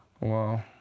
Wow